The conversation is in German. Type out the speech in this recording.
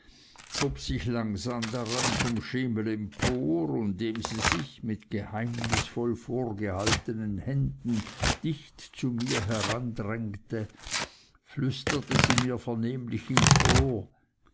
hob sich langsam daran vom schemel empor und indem sie sich mit geheimnisvoll vorgehaltenen händen dicht zu mir herandrängte flüsterte sie mir vernehmlich ins ohr